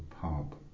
pub